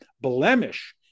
blemish